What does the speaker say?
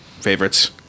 favorites